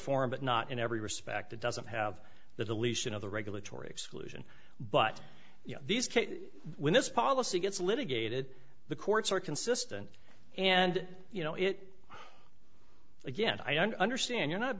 form but not in every respect that doesn't have the deletion of the regulatory exclusion but you know these when this policy gets litigated the courts are consistent and you know it again i understand you're not